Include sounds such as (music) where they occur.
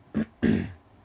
(coughs)